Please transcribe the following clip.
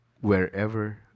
wherever